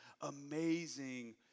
amazing